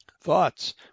thoughts